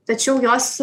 tačiau jos